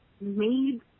made